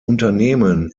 unternehmen